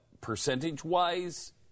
percentage-wise